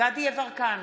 דסטה גדי יברקן,